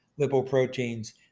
lipoproteins